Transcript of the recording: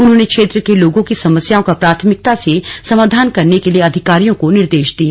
उन्होंने क्षेत्र के लोगों की समस्याओं का प्राथमिकता से समाधान करने के लिए अधिकारियों को निर्देश दिए